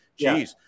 Jeez